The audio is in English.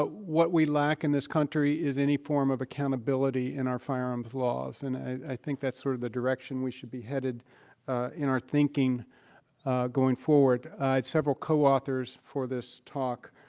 but what we lack in this country country is any form of accountability in our firearms laws. and i think that's sort of the direction we should be headed in our thinking going forward. i had several co-authors for this talk,